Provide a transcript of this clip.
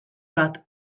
bat